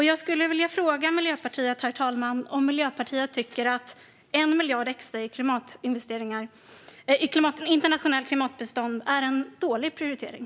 Jag skulle vilja fråga Miljöpartiet, fru talman, om Miljöpartiet tycker att 1 miljard extra till internationellt klimatbistånd är en dålig prioritering.